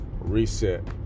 reset